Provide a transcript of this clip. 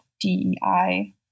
DEI